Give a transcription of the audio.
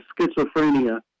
schizophrenia